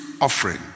offering